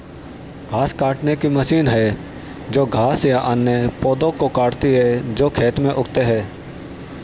घास काटने की मशीन है जो घास या अन्य पौधों को काटती है जो खेत में उगते हैं